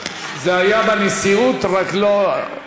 זה היה בנשיאות, רק לא,